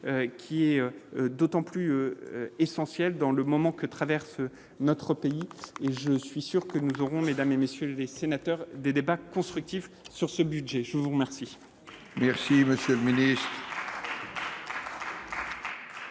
qui est d'autant plus essentiel dans le moment que traverse notre pays et je suis sûr que nous aurons mesdames et messieurs les sénateurs, des débats constructifs sur ce budget je vous remercie, merci monsieur mener.